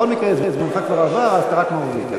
בכל מקרה זמנך כבר עבר, אז אתה רק מרוויח.